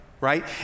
right